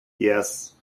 yes